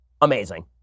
amazing